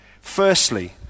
Firstly